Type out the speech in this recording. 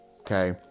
Okay